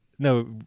No